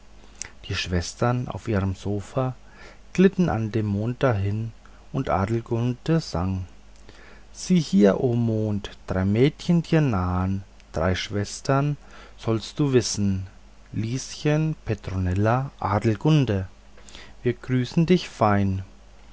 die schwestern auf ihrem sofa glitten an dem monde dahin und adelgunde sang sieh hier o mond drei mädchen dir nahen drei schwestern sollst du wissen lieschen petronella adelgunde wir grüßen dich fein